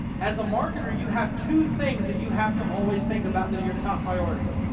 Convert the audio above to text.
as the marketer you have two things that you have to always think about that are your top priorities.